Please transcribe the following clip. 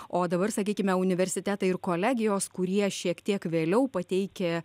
o dabar sakykime universitetai ir kolegijos kurie šiek tiek vėliau pateikė